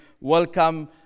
welcome